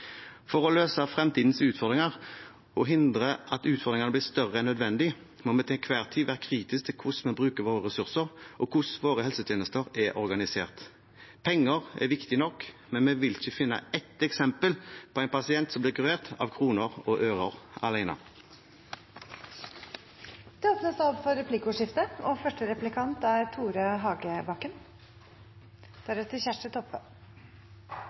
For å løse fremtidens utfordringer og hindre at utfordringene blir større enn nødvendig, må vi til enhver tid være kritiske til hvordan vi bruker våre ressurser, og hvordan våre helsetjenester er organisert. Penger er viktig nok, men vi vil ikke finne ett eksempel på en pasient som blir kurert av kroner og ører